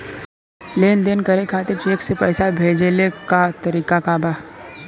लेन देन करे खातिर चेंक से पैसा भेजेले क तरीकाका बा?